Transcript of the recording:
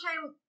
time